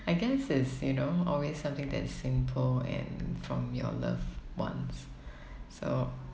I guess it's you know always something that's simple and from your loved ones so